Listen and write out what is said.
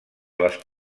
les